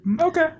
Okay